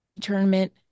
tournament